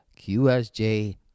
QSJ